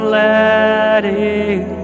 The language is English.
letting